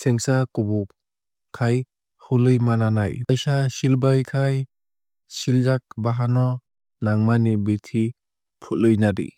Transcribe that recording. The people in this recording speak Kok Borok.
sengsa kubuk khai hului ma nanai. Waisa silbai khai siljak bahan no nangmani bithi fului nadi.